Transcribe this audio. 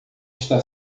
está